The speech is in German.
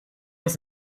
uns